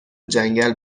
جنگل